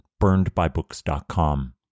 burnedbybooks.com